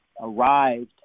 arrived